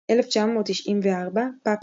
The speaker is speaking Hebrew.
1994 – פאפא